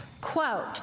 Quote